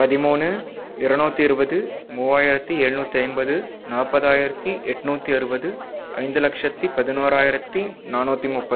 பதிமூணு இருநூத்தி இருபது மூவாயிரத்தி எழுநூற்றி ஐம்பது நாற்பதாயிரத்தி எழுநூத்தி அறுபது ஐஞ்சு லட்சத்து பதினோராயிரத்தி நானூற்றி முப்பது